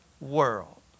world